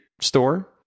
store